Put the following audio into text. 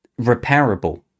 repairable